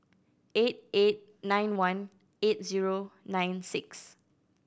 eight eight nine one eight zero nine six